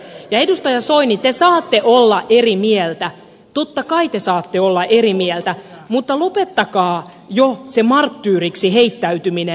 ja edustaja soini te saatte olla eri mieltä totta kai te saatte olla eri mieltä mutta lopettakaa jo se marttyyriksi heittäytyminen